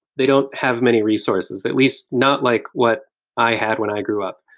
they don't have many resources, at least not like what i had when i grew up.